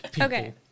okay